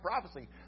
prophecy